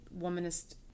womanist